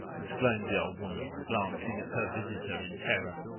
exclaimed the old woman, glancing at her visitor in terror.